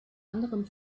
anderem